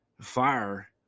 fire